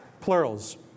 plurals